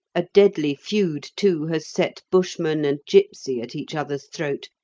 a deadly feud, too, has set bushman and gipsy at each other's throat,